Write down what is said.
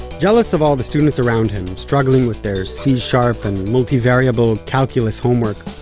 jealous of all the students around him, struggling with their c sharp and multivariable calculus homework,